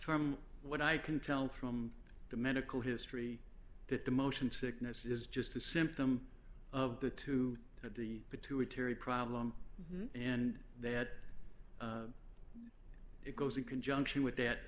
from what i can tell from the medical history that the motion sickness is just a symptom of the to the pituitary problem and that it goes in conjunction with that